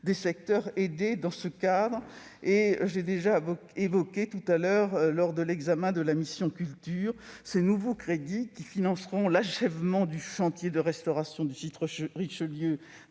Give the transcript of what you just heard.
des secteurs aidés dans ce cadre. J'ai déjà beaucoup évoqué, lors de l'examen de la mission « Culture », les nouveaux crédits qui financeront l'achèvement du chantier de restauration du site Richelieu